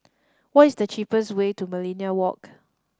what is the cheapest way to Millenia Walk